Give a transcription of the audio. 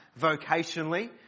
vocationally